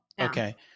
Okay